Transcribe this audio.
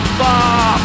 far